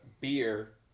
beer